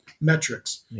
metrics